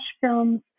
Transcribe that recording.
films